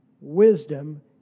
Wisdom